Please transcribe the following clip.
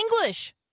English